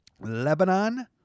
Lebanon